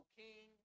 king